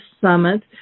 Summit